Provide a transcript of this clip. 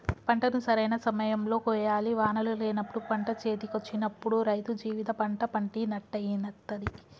పంటను సరైన సమయం లో కోయాలి వానలు లేనప్పుడు పంట చేతికొచ్చినప్పుడు రైతు జీవిత పంట పండినట్టయితది